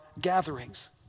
gatherings